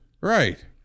Right